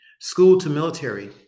school-to-military